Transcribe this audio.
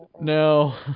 no